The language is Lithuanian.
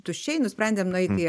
tuščiai nusprendėm nueiti